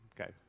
okay